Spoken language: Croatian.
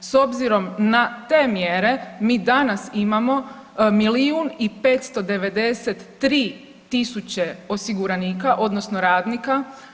S obzirom na te mjere mi danas imamo milijun i 593 tisuće osiguranika odnosno radnika.